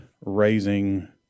raising